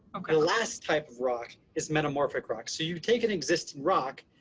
okay. the last type of rock is metamorphic rocks. so you take an existing rock,